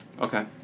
Okay